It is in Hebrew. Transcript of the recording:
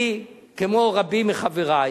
אני, כמו רבים מחברי,